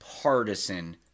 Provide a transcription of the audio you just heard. partisan